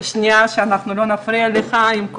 שאנחנו לא נפריע לך.